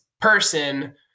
person